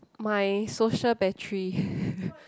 my social battery